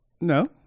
No